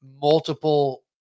multiple